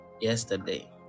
yesterday